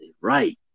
right